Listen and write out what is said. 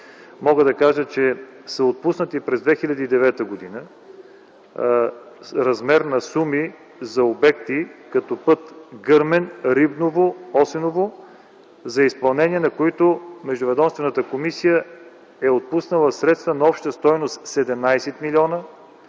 мога да кажа, че са отпуснати през 2009 г. размер на суми за обекти като път Гърмен–Рибново–Осеново за изпълнение на които Междуведомствената комисия е отпуснала средства на обща стойност 17 млн.